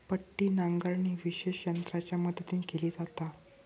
पट्टी नांगरणी विशेष यंत्रांच्या मदतीन केली जाता